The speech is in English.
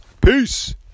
Peace